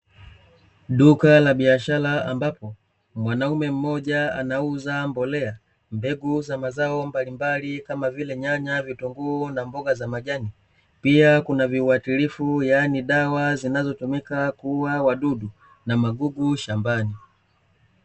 Duka la biashara ambapo mwanaume mmoja anauza mbolea, mbegu za mazao mbalimbali kama vile: nyanya, vitunguu na mboga za majani. Pia kuna viuwatilifu yaani dawa zinazotumika kuuwa wadudu na magugu shambani.